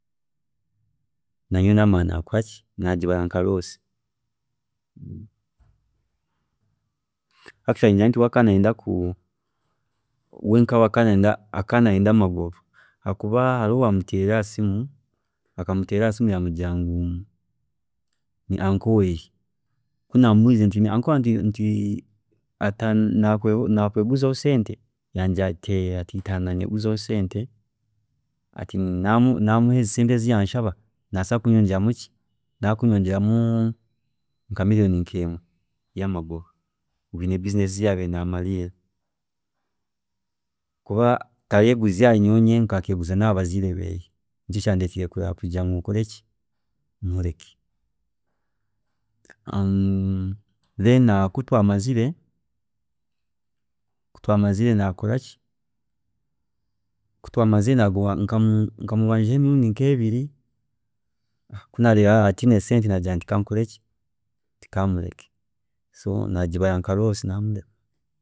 ﻿Ninyowe namara nakoraki, nagibara nka loss actually ningira nti we akaba nayenda ku, we nkawe akaba akaba nayenda amagoba habwokuba hariho owamuteriire ahasimu, akamuteerera ahasimu yaamugira ngu ni uncle weeye, kunamubuurize nti uncle waawe atuura nakweguzaho sente yangira ati yee, ataaha nanyeguzaho sente, ati namuha sente ezi yanshaba naaza kumpa amagoba ga million nka emwe ngu hiine business ezi yabiire naamariira, habwokuba taregurize aha rinye nyenka, akeeguza nahabaziire beeye, nikyo kyandetiire kugira ngu nkoreki, mureke. Then kutwamazire kutwaamazire nakoraki, kutwaamazire nkamubanjaho emirundi nk'ebiri, kunaarebire atiine sente nagira nti kankoreki, nti kamureke, so nagibara nka loss namureka.